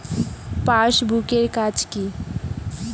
Passbook এর কাজ কি?